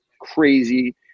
crazy